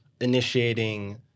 initiating